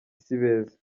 sibeza